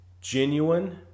genuine